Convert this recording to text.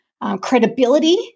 credibility